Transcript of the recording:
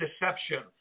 deception